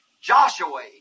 Joshua